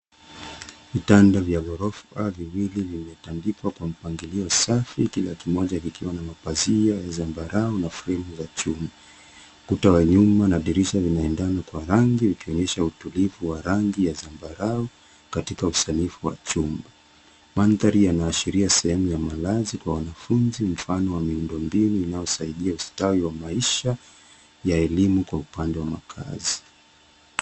Vitanda vya ghorofa viwili vimetandikwa kwa mpangilio safi kila kimoja kikiwa na mapazia ya zambarau na fremu za chuma. Ukuta wa nyuma na dirisha vinaendana kwa rangi vikionyesha utulivu wa rangi ya zambarau katika usanifu wa chumba. Mandhari yanaashiria sehemu ya malazi kwa wanafunzi mfano wa miundombinu inayosaidia ustawi wa maisha ya elimu kwa upande wa makaazi.